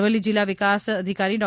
અરવલ્લી જિલ્લા વિકાસ અધિકારી ડૉ